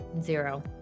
Zero